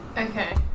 Okay